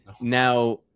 Now